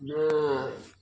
ন